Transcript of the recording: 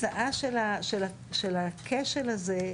התוצאה של הכשל הזה,